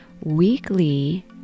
weekly